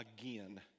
again